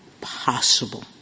possible